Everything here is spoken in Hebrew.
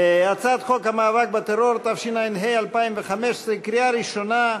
הצעת חוק המאבק בטרור, התשע"ה 2015, קריאה ראשונה,